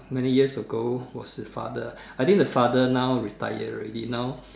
many years ago was his father I think the father now retire already now